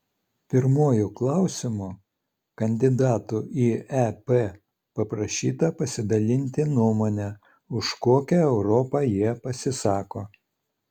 pirmuoju klausimu kandidatų į ep paprašyta pasidalinti nuomone už kokią europą jie pasisako